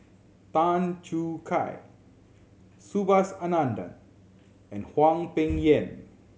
Tan Choo Kai Subhas Anandan and Hwang Peng Yuan